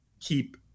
keep